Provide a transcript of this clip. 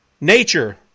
Nature